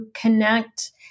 connect